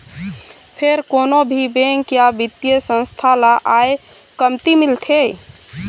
फेर कोनो भी बेंक या बित्तीय संस्था ल आय कमती मिलथे